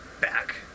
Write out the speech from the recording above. back